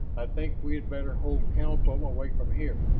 i think we had better hold council, away from here.